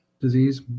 disease